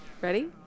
ready